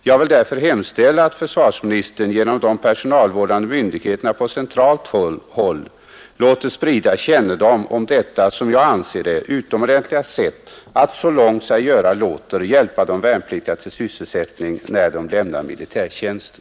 Jag vill därför hemställa att försvarsministern genom de personalvärdande myndigheterna på centralt håll låter sprida kännedom om detta -- som jag anser det — utomordentliga sätt att så långt sig göra låter hjälpa de värnpliktiga till sysselsättning när de lämnar militärtjänsten.